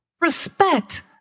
Respect